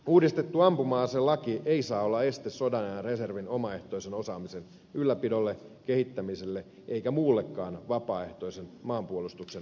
uudistettu ampuma aselaki ei saa olla este sodan ajan reservin omaehtoisen osaamisen ylläpidolle kehittämiselle eikä muullekaan vapaaehtoisen maanpuolustuksen toimintamuodolle